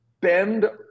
bend